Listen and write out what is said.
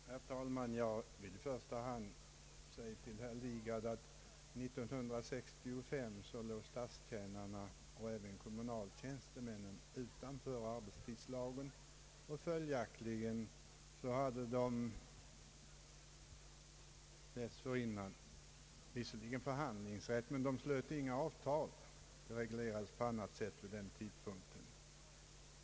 Herr talman! Jag vill till att börja med säga till herr Lidgard att statstjänarna och även kommunaltjänstemännen år 1965 låg utanför arbetstidslagen. Följaktligen hade de dessförinnan visserligen förhandlingsrätt, men de fick inte sluta avtal. Detta reglerades vid den tidpunkten på annat sätt.